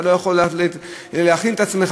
אתה לא יכול להכין את עצמך,